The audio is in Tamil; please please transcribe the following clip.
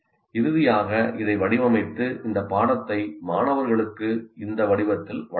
இறுதியாக இதை வடிவமைத்து இந்த பாடத்தை மாணவர்களுக்கு இந்த வடிவத்தில் வழங்கலாம்